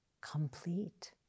complete